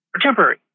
temporary